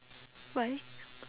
why